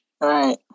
Right